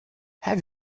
have